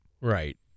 Right